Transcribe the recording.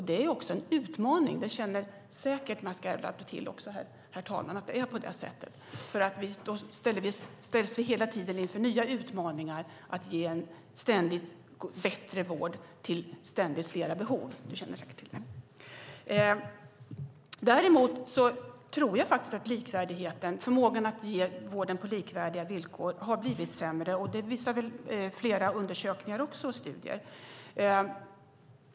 Det är också en utmaning, vilket Mats Gerdau säkert känner till, herr talman. Vi ställs hela tiden inför nya utmaningar för att ge en allt bättre vård till allt fler behövande. Däremot tror jag att likvärdigheten, förmågan att ge vård på likvärdiga villkor, har blivit sämre, vilket flera studier visar.